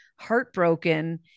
Heartbroken